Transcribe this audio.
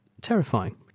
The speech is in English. terrifying